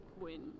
win